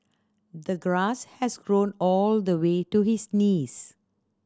the grass has grown all the way to his knees